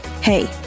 Hey